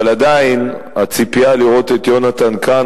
אבל עדיין הציפייה לראות את יונתן כאן